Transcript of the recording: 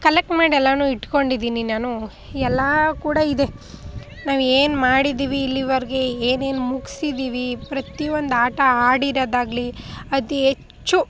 collect ಮಾಡಿ ಎಲ್ಲವೂ ಇಟ್ಕೊಂಡಿದ್ದೀನಿ ನಾನು ಎಲ್ಲ ಕೂಡ ಇದೆ ನಾವೇನು ಮಾಡಿದ್ದೀವಿ ಇಲ್ಲಿವರೆಗೆ ಏನೇನು ಮುಗ್ಸಿದ್ದೀವಿ ಪ್ರತಿಯೊಂದು ಆಟ ಆಡಿರೋದಾಗಲಿ ಅತಿ ಹೆಚ್ಚು